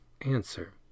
Answer